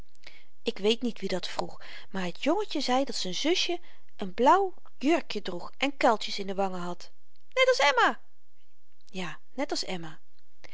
ik weet niet wie dat vroeg maar t jongetje zei dat z'n zusjen n blauw jurkje droeg en kuiltjes in de wangen had net als emma ja net als emma